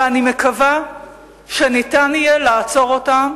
ואני מקווה שניתן יהיה לעצור אותה.